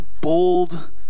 bold